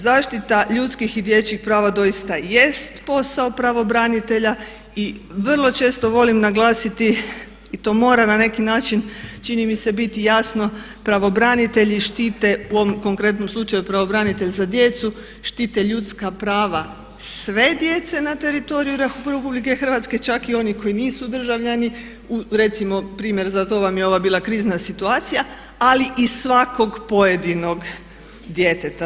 Zaštita ljudskih i dječjih prava doista jest posao pravobranitelja i vrlo često volim naglasiti i to mora na neki način čini mi se biti jasno pravobranitelji štite u ovom konkretnom slučaju pravobranitelj za djecu štite ljudska prava sve djece na teritoriju RH čak i onih koji nisu državljani, recimo primjer za to vam je ova bila krizna situacija ali i svakog pojedinog djeteta.